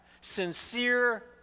sincere